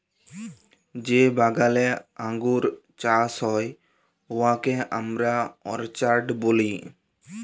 যে বাগালে আঙ্গুর চাষ হ্যয় উয়াকে আমরা অরচার্ড ব্যলি